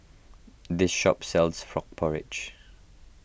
this shop sells Frog Porridge